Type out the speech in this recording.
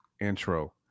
intro